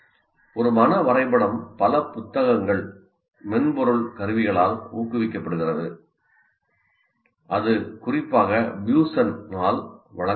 ஒரு மன வரைபடம் பல புத்தகங்கள் மென்பொருள் கருவிகளால் ஊக்குவிக்கப்படுகிறது அது குறிப்பாக புஸனால் வழங்கப்பட்டது